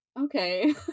Okay